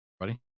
Ready